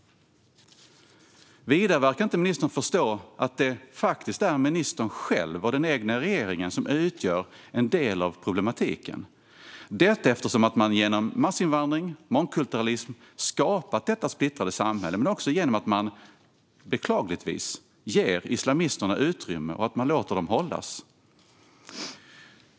Vidare verkar ministern inte förstå att det faktiskt är ministern själv och den egna regeringen som utgör en del av problematiken - detta eftersom man genom massinvandring och mångkulturalism skapat detta splittrade samhälle men också genom att man, beklagligtvis, ger islamisterna utrymme och låter dem hållas.